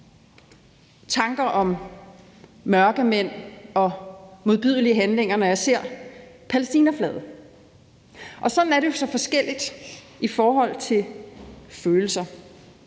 tanker om mørkemænd og modbydelige handlinger, når jeg ser palæstinaflaget. Og sådan er det jo så forskelligt i forhold til følelser.